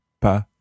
pas